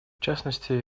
частности